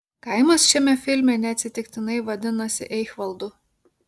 kaimas šiame filme neatsitiktinai vadinasi eichvaldu